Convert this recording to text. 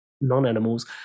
non-animal's